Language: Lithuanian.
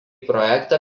projektą